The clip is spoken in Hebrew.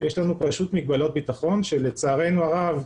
יש לנו פשוט מגבלות ביטחון שלצערנו הרב,